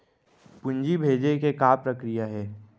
पूंजी भेजे के का प्रक्रिया हे?